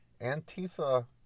Antifa